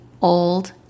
old